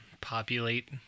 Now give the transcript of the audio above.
Populate